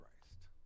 Christ